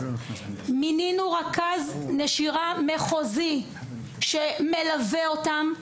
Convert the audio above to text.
מינינו רכז נשירה מחוזי שמלווה אותם,